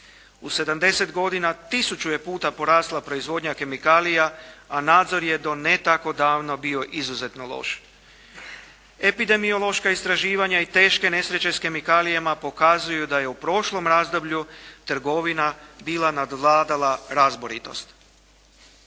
godina tisuću je puta porasla proizvodnja kemikalija a nadzor je do ne tako davno bio izuzetno loš. Epidemiološka istraživanja i teške nesreće s kemikalijama pokazuju da je u prošlom razdoblju trgovina bila nadvladala razboritost.